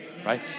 right